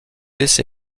laissé